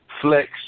Flex